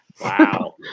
wow